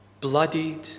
Bloodied